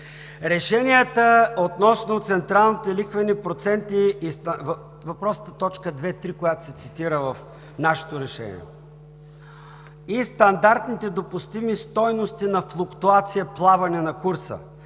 „Решенията относно централните лихвени проценти и стандартните допустими стойности на флуктуация, плаване на курса,